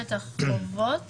תודה, חבר הכנסת דוידסון.